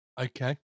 Okay